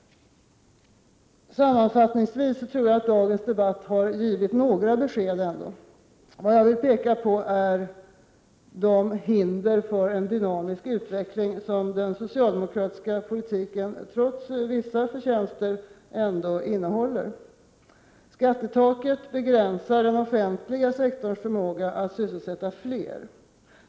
Sammanfattningsvis tror jag ändå att dagens debatt har givit några besked. Vad jag vill peka på är de hinder för en dynamisk utveckling som den socialdemokratiska politiken trots vissa förtjänster ändå innehåller. Skattetaket begränsar den offentliga sektorns förmåga att sysselsätta fler.